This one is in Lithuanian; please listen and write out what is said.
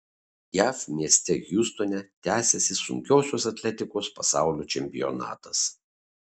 jav mieste hjustone tęsiasi sunkiosios atletikos pasaulio čempionatas